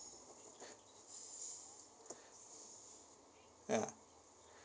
ya